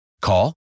Call